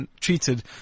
treated